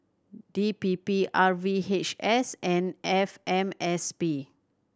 D P P R V H S and F M S P